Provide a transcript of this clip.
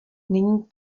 není